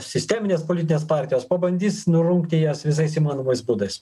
sisteminės politinės partijos pabandys nurungti jas visais įmanomais būdais